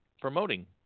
promoting